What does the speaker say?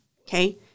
okay